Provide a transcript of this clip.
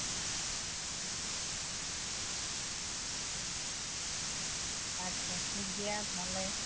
ᱟᱪᱪᱷᱟ ᱴᱷᱤᱠᱜᱮᱭᱟ ᱛᱟᱦᱞᱮ